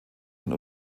von